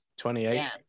28